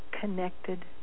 connected